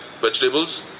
vegetables